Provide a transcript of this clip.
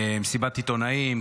מסיבת עיתונאים.